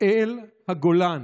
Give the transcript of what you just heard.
אל הגולן,